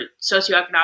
socioeconomic